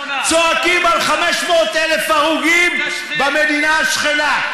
צועקים על 500,000 הרוגים במדינה השכנה.